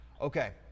Okay